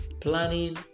planning